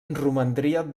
romandria